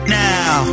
now